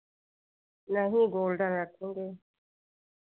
नहीं गोल्ड रखेंगे